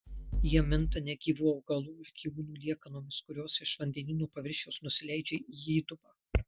jie minta negyvų augalų ir gyvūnų liekanomis kurios iš vandenyno paviršiaus nusileidžia į įdubą